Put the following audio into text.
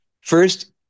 first